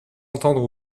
entendre